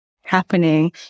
happening